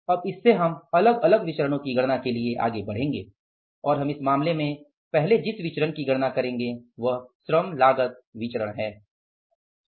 अब इस से हम अब अलग अलग विचरणो की गणना के लिए आगे बढ़ेंगे और हम इस मामले में हम जिस पहले विचरण की गणना करेंगे वह श्रम लागत विचरण होगी